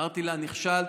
אמרתי לה: נכשלת